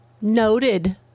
Noted